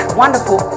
wonderful